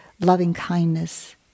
loving-kindness